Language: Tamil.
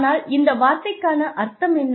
ஆனால் இந்த வார்த்தைக்கான அர்த்தம் என்ன